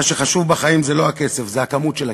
מה שחשוב בחיים זה לא הכסף, זה הכמות של הכסף.